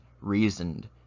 reasoned